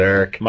Eric